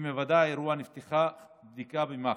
עם היוודע האירוע נפתחה בדיקה במח"ש,